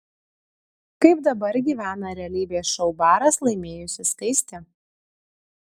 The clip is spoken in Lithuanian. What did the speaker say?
kaip dabar gyvena realybės šou baras laimėjusi skaistė